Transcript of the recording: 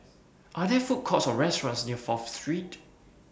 Are There Food Courts Or restaurants near Fourth Street